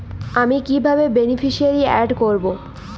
আমি কিভাবে beneficiary add করব?